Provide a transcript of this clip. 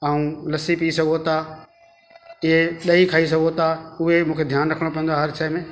ऐं लस्सी पी सघो था इहे ॾही खाई सघो था उहो मूंखे ध्यानु रखिणो पवंदो आहे हर शइ में